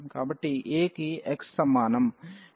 కాబట్టి a కి x సమానం